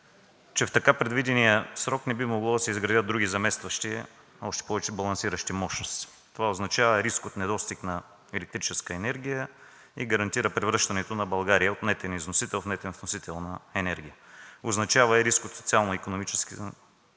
че в така предвидения срок не би могло да се изградят други заместващи, а още повече балансиращи мощности. Това означава риск от недостиг на електрическа енергия и гарантира превръщането на България от нетен износител в нетен вносител на енергия, означава и риск от социално-икономически